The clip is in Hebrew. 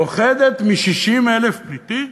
פוחדת מ-60,000 פליטים?